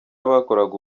abakoraga